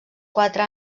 quatre